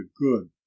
good